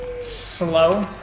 slow